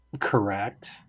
correct